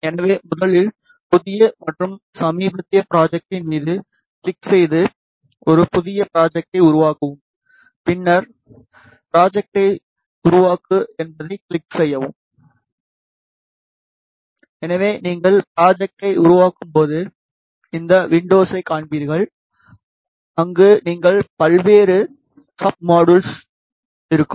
எனவே முதலில்புதிய மற்றும் சமீபத்திய ஃப்ராஜேடின் மீது கிளிக் செய்துஒரு புதிய ஃப்ராஜேடை உருவாக்கவும் பின்னர் ஃப்ராஜேடை உருவாக்கு என்பதைக் கிளிக் செய்யவும் எனவே நீங்கள் ஃப்ராஜேடை உருவாக்கும் போது இந்த வின்டோஸை காண்பீர்கள்அங்கு நீங்கள் பல்வேறு சப் மாடியுல் இருக்கும்